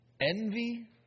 envy